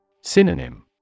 Synonym